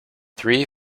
three